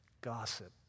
gossip